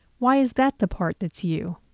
why is that the part that's you?